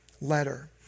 letter